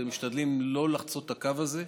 ומשתדלים לא לחצות את הקו הזה.